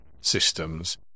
systems